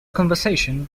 conversation